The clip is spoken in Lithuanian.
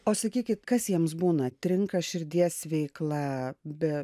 o sakykit kas jiems būna trinka širdies veikla be